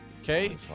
Okay